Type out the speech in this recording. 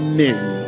name